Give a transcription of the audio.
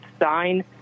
sign